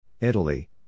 Italy